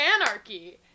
anarchy